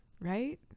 Right